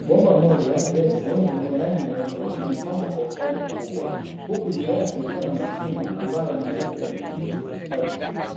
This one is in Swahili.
Bomba moja refu lenye rangi nyeupe limepangwa kwa ustadi mkubwa, huku juu yake ikiwa na mashimo ambayo mimea ya kijani kibichi imestawi vizuri,